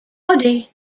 body